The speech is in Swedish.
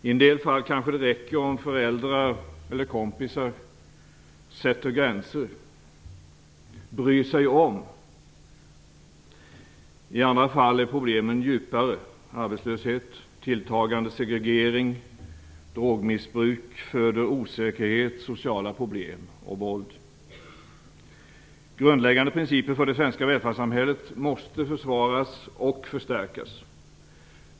I en del fall räcker det kanske om föräldrar eller kompisar sätter gränser och bryr sig om. I andra fall är problemen djupare. Arbetslöshet, en tilltagande segregering och drogmissbruk föder osäkerhet, sociala problem och våld. Grundläggande principer för det svenska välfärdssamhället måste försvaras och förstärkas.